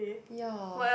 ya